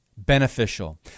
Beneficial